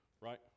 Right